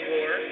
War